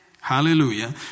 Hallelujah